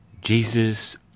Jesus